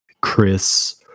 Chris